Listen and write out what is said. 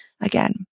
again